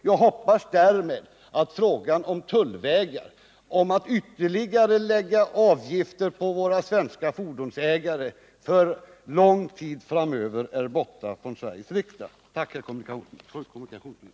Jag hoppas att frågan om tullvägar — som skulle lägga ytterligare avgifter på svenska fordonsägare — därmed för lång tid framöver är borta från Sveriges riksdag. Tack, fru kommunikationsminister!